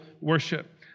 worship